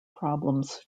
problems